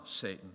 Satan